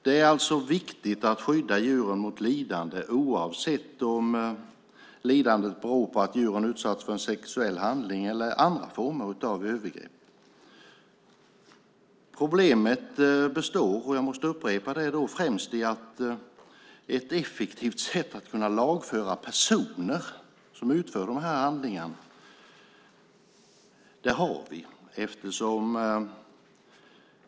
Det är alltså viktigt att skydda djuren mot lidande, oavsett om lidandet beror på att djuren utsatts för en sexuell handling eller andra former av övergrepp. Problemet består, jag måste upprepa det, främst i att det är svårt att känna till vem som har begått ett utfört brott.